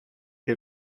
que